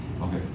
Okay